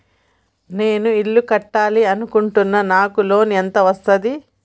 నేను ఇల్లు కట్టాలి అనుకుంటున్నా? నాకు లోన్ ఎంత వస్తది?